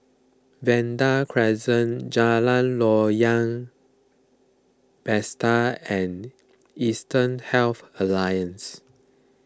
Vanda Crescent Jalan Loyang and Eastern Health Alliance